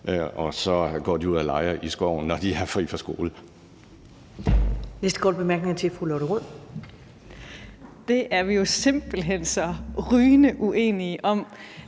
Og så går de ud og leger i skoven, når de har fri fra skole.